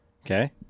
Okay